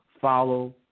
follow